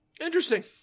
Interesting